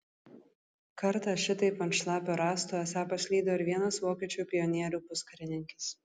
kartą šitaip ant šlapio rąsto esą paslydo ir vienas vokiečių pionierių puskarininkis